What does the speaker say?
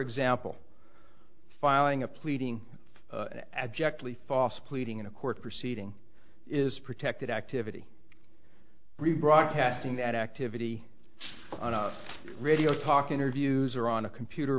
example filing a pleading abjectly false pleading in a court proceeding is protected activity rebroadcasting that activity on a radio talk interviews or on a computer